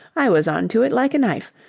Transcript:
i was on to it like a knife.